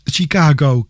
Chicago